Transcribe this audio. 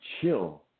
chill